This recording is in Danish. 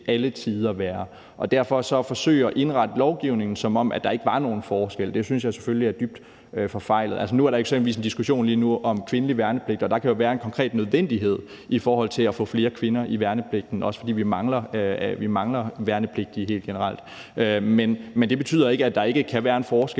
alle tider være, og det at forsøge at indrette lovgivningen, som om der ikke var nogen forskel, synes jeg derfor selvfølgelig er dybt forfejlet. Lige nu er der jo eksempelvis en diskussion om kvindelig værnepligt, og der kan jo være en konkret nødvendighed i forhold til at få flere kvinder ind i værnepligten, også fordi vi helt generelt mangler værnepligtige. Men det betyder ikke, at der ikke kan være en forskel,